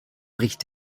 bricht